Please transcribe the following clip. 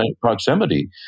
proximity